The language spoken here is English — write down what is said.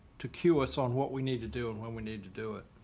to cue us on what we need to do and when we need to do it.